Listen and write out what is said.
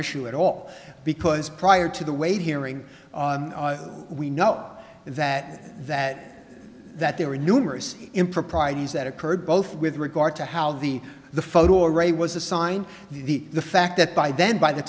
issue at all because prior to the way hearing we know that that that there were numerous improprieties that occurred both with regard to how the the photo array was assigned the the fact that by then by the